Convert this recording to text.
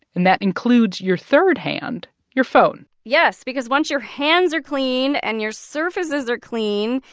and that includes your third hand your phone yes because once your hands are clean and your surfaces are clean,